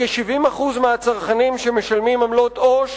לכ-70% מהצרכנים, שמשלמים עמלות עו"ש,